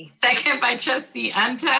second by trustee and